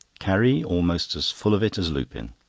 carrie almost as full of it as lupin.